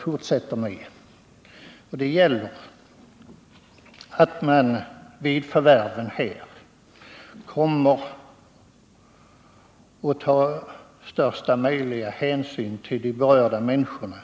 Utskottet understryker där angelägenheten av att man tar största möjliga hänsyn till de berörda människorna.